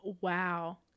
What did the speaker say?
Wow